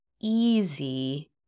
easy